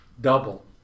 double